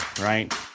right